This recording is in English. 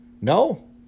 No